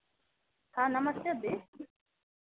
हाँ नमस्ते दीदी